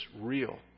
real